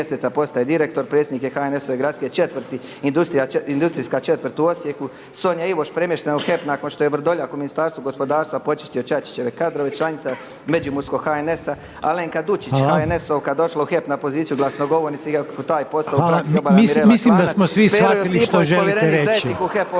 Mislim da smo svi shvatili što želite reći.